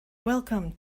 welcome